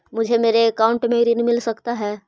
मुझे मेरे अकाउंट से ऋण मिल सकता है?